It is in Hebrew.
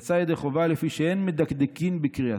יצא ידי חובה, לפי שאין מדקדקין בקריאתה.